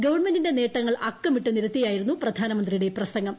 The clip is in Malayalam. ഗവൺമെന്റിന്റെ നേട്ടങ്ങൾ അക്കമിട്ട് നിരത്തിയായിരുന്നു പ്രധാനമന്ത്രിയുടെ പ്രസംഗം